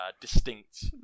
distinct